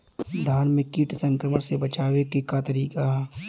धान के कीट संक्रमण से बचावे क का तरीका ह?